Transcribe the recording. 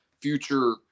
future